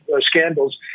scandals